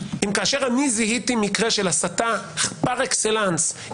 אם כאשר אני זיהיתי מקרה של הסתה פר אקסלנס,